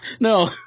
No